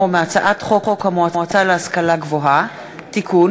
מהצעת חוק המועצה להשכלה גבוהה (תיקון,